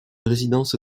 résidence